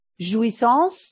Jouissance